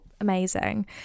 amazing